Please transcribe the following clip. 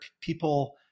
people